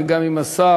גם עם השר,